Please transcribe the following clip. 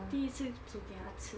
第一次煮给她吃